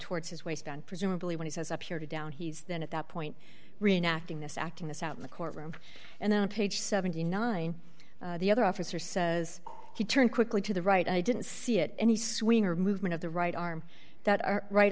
towards his waist down presumably when he says up here to down he's then at that point reenacting this acting this out of the court room and then on page seventy nine the other officer says he turned quickly to the right i didn't see it any swing or movement of the right arm that our right